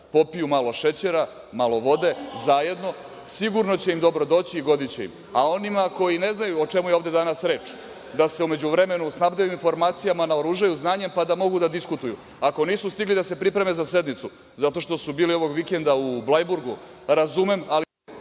popiju malo šećera, malo vode, zajedno, sigurno će im dobro doći i godiće im. A onima koji ne znaju o čemu je ovde danas reč, da se u međuvremenu snabdeju informacijama, naoružaju znanjem, pa da mogu da diskutuju. Ako nisu stigli da se pripreme za sednicu zato što su bili ovog vikenda u Blajburgu, razumem ali…